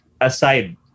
aside